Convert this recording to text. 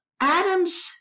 Adams